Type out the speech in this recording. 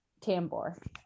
Tambor